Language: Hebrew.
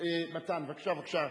מתן, בבקשה, בבקשה.